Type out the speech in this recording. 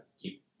keep